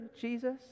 Jesus